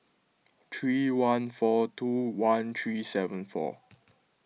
three one four two one three seven four